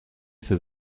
ses